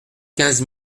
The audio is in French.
quinze